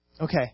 okay